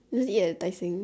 just eat at Tai-Seng